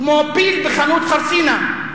כמו פיל בחנות חרסינה,